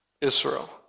Israel